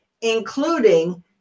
including